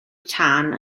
tân